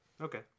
Okay